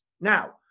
Now